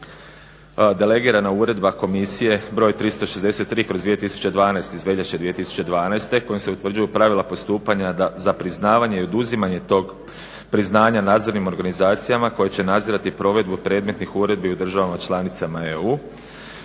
Delegirana Uredba komisije br. 363/2012 iz veljače 2012.kojom se utvrđuju pravila postupanja za priznavanje i oduzimanje tog priznanja nadzornim organizacijama koje će nadzirati provedbu predmetnih uredbi u državama članicama EU.